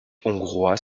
hongrois